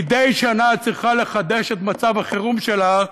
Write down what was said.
מדי שנה צריכה לחדש את מצב החירום שלה,